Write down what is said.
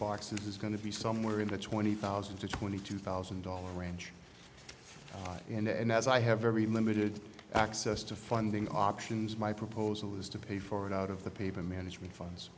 parts is going to be somewhere in the twenty thousand to twenty two thousand dollars range and as i have very limited access to funding options my proposal is to pay for it out of the paper management funds